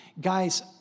Guys